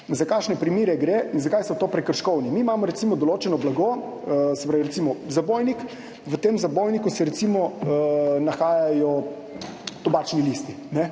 Za kakšne primere gre in zakaj so prekrškovni? Mi imamo recimo določeno blago, recimo zabojnik, v tem zabojniku se recimo nahajajo tobačni listi.